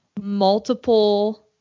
multiple